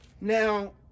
Now